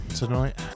tonight